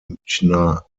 münchener